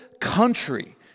country